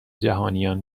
جهانیان